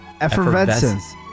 Effervescence